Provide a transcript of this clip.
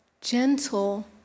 gentle